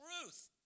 truth